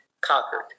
conquered